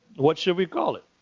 what should we call it.